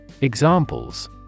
Examples